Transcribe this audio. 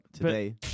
today